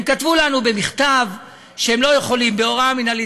הם כתבו לנו במכתב שהם לא יכולים בהוראה מינהלית,